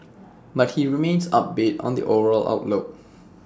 but he remains upbeat on the overall outlook